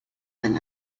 werden